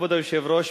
כבוד היושב-ראש,